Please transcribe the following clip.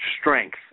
strength